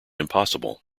impossible